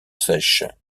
sèche